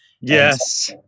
Yes